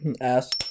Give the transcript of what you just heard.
Ass